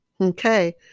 okay